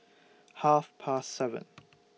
Half Past seven